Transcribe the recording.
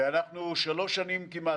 ואנחנו שלוש כמעט,